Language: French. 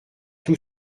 tout